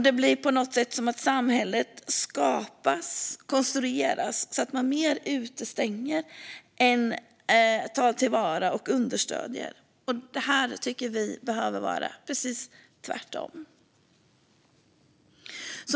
Det blir på något sätt som att samhället skapas, konstrueras, så att man mer utestänger än tar till vara och understöder. Vi tycker att det behöver vara precis tvärtom.